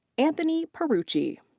anthony pierucci.